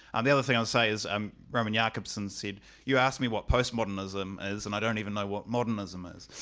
um the other thing i'd um say is um roman jakobson said you asked me what post-modernism is and i don't even know what modernism is.